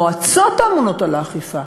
המועצות הממונות על האכיפה,